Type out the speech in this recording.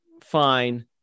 fine